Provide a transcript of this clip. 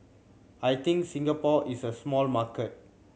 I think Singapore is a small market